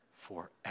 forever